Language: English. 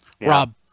Rob